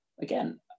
again